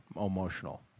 emotional